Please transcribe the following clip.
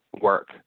work